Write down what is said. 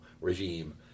regime